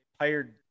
hired